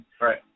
right